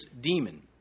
demon